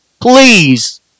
Please